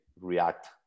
react